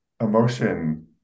Emotion